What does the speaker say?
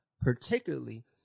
particularly